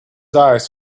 eyes